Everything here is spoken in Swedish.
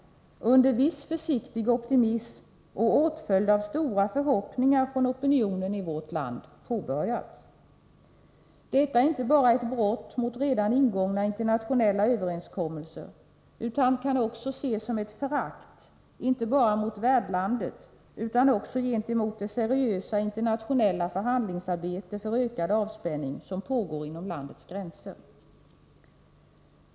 Denna konferens inleddes under viss försiktig optimism och åtföljdes av stora förhoppningar från opinionen i vårt land. Kränkningarna är inte bara ett brott mot redan ingångna internationella överenskommelser utan kan också ses som ett förakt inte bara mot värdlandet utan även gentemot det seriösa internationella förhandlingsarbete för ökad avspänning som pågår inom landets gränser.